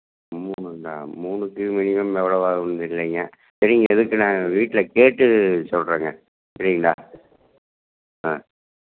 மூணுங்களா மூணுக்கு மினிமம் எவ்வளோ ஆகும்ன்னு தெரிலைங்க சரிங்க எதுக்கும் நான் வீட்டில் கேட்டு சொல்கிறேங்க சரிங்களா ம்